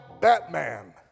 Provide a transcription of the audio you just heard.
Batman